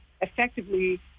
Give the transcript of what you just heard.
effectively